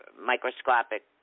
microscopic